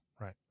right